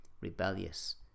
rebellious